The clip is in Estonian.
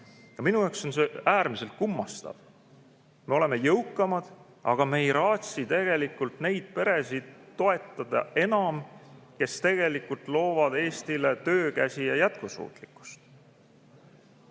Minu jaoks on see äärmiselt kummastav. Me oleme jõukamad, aga me ei raatsi toetada enam neid peresid, kes tegelikult loovad Eestile töökäsi ja jätkusuutlikkust.